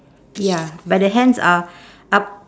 ya but the hands are up